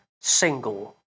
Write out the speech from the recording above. single